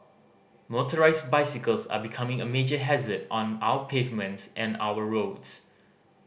motorised bicycles are becoming a major hazard on our pavements and our roads